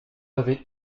avez